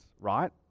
right